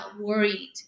worried